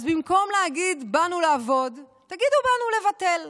אז במקום להגיד: באנו לעבוד, תגידו: באנו לבטל.